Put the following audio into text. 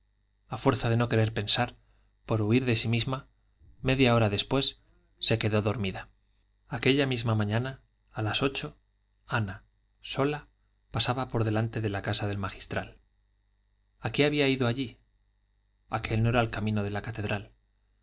a fuerza de no querer pensar por huir de sí misma media hora después se quedó dormida aquella misma mañana a las ocho ana sola pasaba por delante de la casa del magistral a qué había ido allí aquel no era camino de la catedral